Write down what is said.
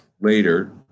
later